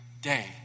day